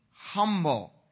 humble